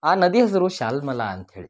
ಆ ನದಿ ಹೆಸರು ಶಾಲ್ಮಲ ಅಂತ್ಹೇಳಿ